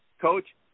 Coach